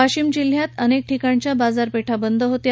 वाशीम जिल्ह्यात अनेक ठिकाणच्या बाजारपेठ बंद होत्या